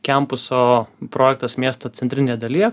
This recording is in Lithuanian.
kempuso projektas miesto centrinėje dalyje